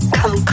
Come